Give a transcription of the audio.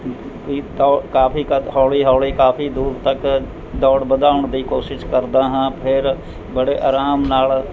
ਕਾਫੀ ਹੌਲੀ ਹੌਲੀ ਕਾਫੀ ਦੂਰ ਤੱਕ ਦੌੜ ਵਧਾਉਣ ਦੀ ਕੋਸ਼ਿਸ਼ ਕਰਦਾ ਹਾਂ ਫਿਰ ਬੜੇ ਆਰਾਮ ਨਾਲ਼